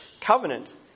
covenant